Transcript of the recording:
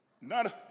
None